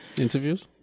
Interviews